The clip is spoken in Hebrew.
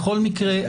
בכל מקרה,